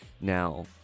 Now